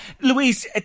Louise